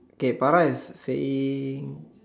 okay para is saying